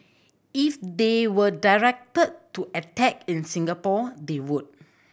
if they were directed to attack in Singapore they would